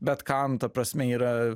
bet kam ta prasme yra